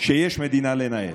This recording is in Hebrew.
שיש מדינה לנהל.